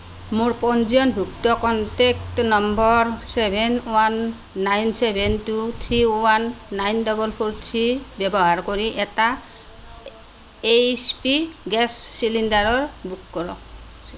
মোৰ পঞ্জীয়নভুক্ত contact number seven one nine seven two three one nine double four three ব্যৱহাৰ কৰি এটা এইচ পি গেছ চিলিণ্ডাৰৰ বুক কৰক